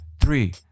three